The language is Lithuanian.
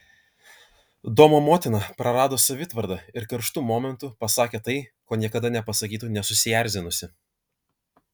domo motina prarado savitvardą ir karštu momentu pasakė tai ko niekada nepasakytų nesusierzinusi